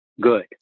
good